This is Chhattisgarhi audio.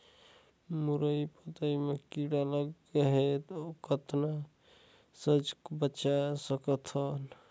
मुरई पतई म कीड़ा लगे ह कतना स बचा सकथन?